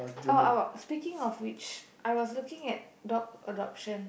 oh oh speaking of which I was looking at dogs adoption